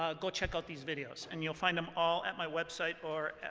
ah go check out these videos. and you'll find them all at my website or